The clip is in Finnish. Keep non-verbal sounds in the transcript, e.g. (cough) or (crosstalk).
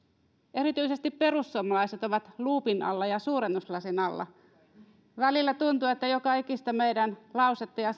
erityisesti perussuomalaiset ovat luupin alla ja suurennuslasin alla välillä tuntuu että joka ikistä meidän lausettamme ja (unintelligible)